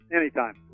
anytime